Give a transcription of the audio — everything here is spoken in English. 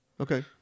Okay